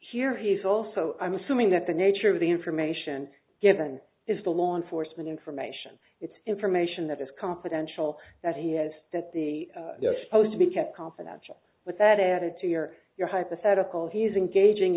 here he's also i'm assuming that the nature of the information given is the law enforcement information it's information that is confidential that he has that the they're supposed to be kept confidential but that added to your your hypothetical he's engaging